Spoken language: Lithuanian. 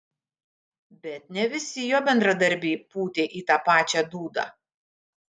bet ne visi jo bendradarbiai pūtė į tą pačią dūdą